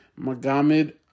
Magomed